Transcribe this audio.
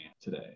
today